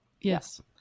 Yes